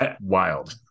wild